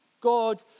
God